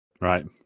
Right